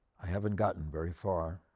i haven't gotten very far.